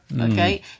Okay